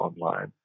online